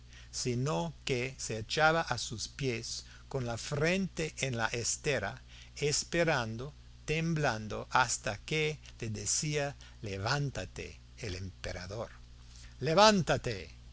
sino que se echaba a sus pies con la frente en la estera esperando temblando hasta que le decía levántate el emperador levántate